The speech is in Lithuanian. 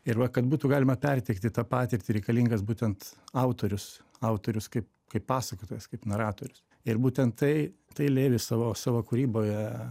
ir va kad būtų galima perteikti tą patirtį reikalingas būtent autorius autorius kaip kaip pasakotojas kaip naratorius ir būtent tai tai levi savo savo kūryboje